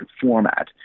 format